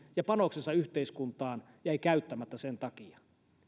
ja panoksensa yhteiskuntaan jäivät käyttämättä sen takia